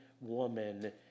woman